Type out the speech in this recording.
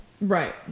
Right